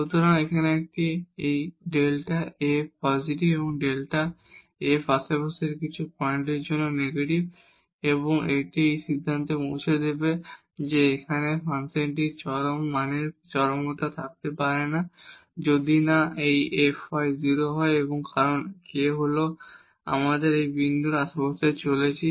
সুতরাং এখানে এই Δ f পজিটিভ Δ f আশেপাশের কিছু পয়েন্টের জন্য নেগেটিভ এবং এটি এই সিদ্ধান্তে পৌঁছে দেবে যে এখানে ফাংশনটির এক্সট্রিম ভালু এক্সট্রিমাম থাকতে পারে না যদি না এই fy 0 হয় কারণ k হল আমরা এই বিন্দুর আশেপাশে চলেছি